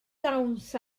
dawns